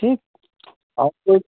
ठीक और कुछ